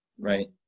right